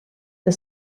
the